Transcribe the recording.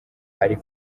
ari